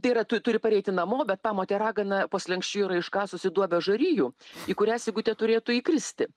tai yra tu turi pareiti namo bet pamotė ragana po slenksčiu yra iškasusi duobę žarijų į kurią sigutė turėtų įkristi